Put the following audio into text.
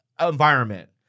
environment